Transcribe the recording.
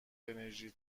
انرژی